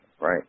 right